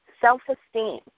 self-esteem